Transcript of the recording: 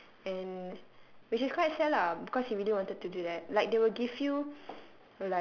and which is quite sad lah because he really wanted to do that like they will give you